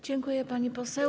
Dziękuję, pani poseł.